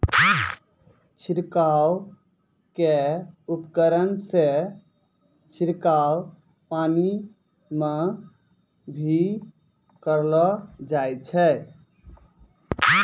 छिड़काव क उपकरण सें छिड़काव पानी म भी करलो जाय छै